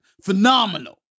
Phenomenal